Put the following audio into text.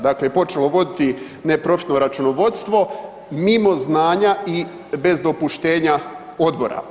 Dakle, počelo voditi neprofitno računovodstvo mimo znanja i bez dopuštenja odbora.